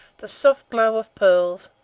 the soft glow of pearls,